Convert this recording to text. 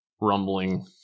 rumbling